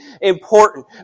important